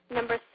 Number